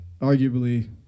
arguably